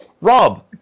rob